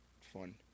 fun